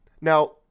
Now